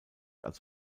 als